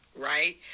right